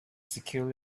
secured